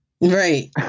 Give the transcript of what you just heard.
Right